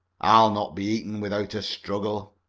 i'll not be eaten without a struggle.